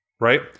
Right